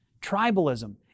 Tribalism